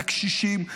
והקשישים,